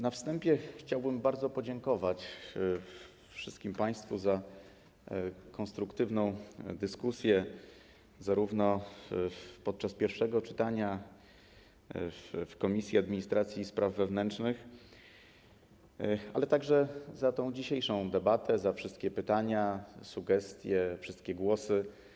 Na wstępie chciałbym bardzo podziękować wszystkim państwu za konstruktywną dyskusję podczas pierwszego czytania w Komisji Administracji i Spraw Wewnętrznych, a także za tę dzisiejszą debatę, za wszystkie pytania, sugestie, wszystkie głosy.